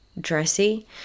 dressy